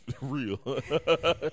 real